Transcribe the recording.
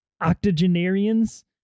octogenarians